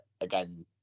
again